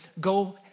go